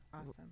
awesome